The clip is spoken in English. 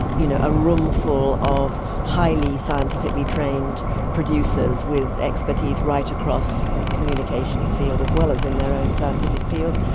you know a room full of highly scientifically trained producers with expertise right across the communications field as well as in their own scientific field.